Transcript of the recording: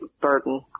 burden